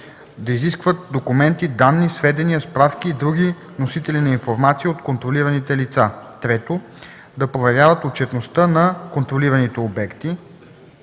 да изискват документи, данни, сведения, справки и други носители на информация от контролираните лица; 3. да проверяват отчетността на контролираните обекти;